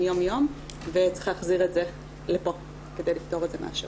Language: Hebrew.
יום יום וצריך להחזיר את זה לפה כדי לפתור את זה מהשורש.